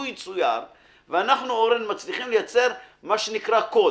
לו יצויר שאנחנו נצליח לייצר קוד.